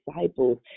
disciples